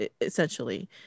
essentially